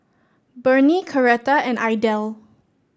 Burney Coretta and Idell